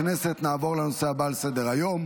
להלן תוצאות ההצבעה: 23 בעד, חמישה מתנגדים.